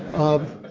of